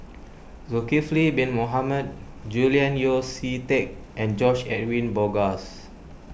Zulkifli Bin Mohamed Julian Yeo See Teck and George Edwin Bogaars